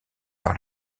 par